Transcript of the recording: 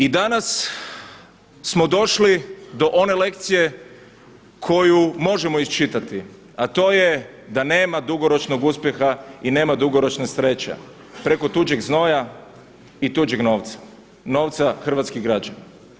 I danas smo došli do one lekcije koju možemo iščitati, a to je da nema dugoročnog uspjeha i nema dugoročne sreće preko tuđeg znoja i tuđeg novca, novca hrvatskih građana.